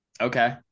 okay